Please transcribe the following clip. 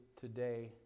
today